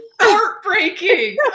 heartbreaking